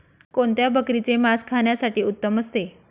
कोणत्या बकरीचे मास खाण्यासाठी उत्तम असते?